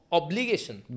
obligation